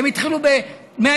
הם התחילו ב-120,000,